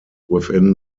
within